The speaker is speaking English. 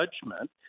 judgment